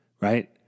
right